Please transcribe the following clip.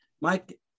Mike